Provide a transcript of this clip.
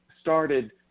started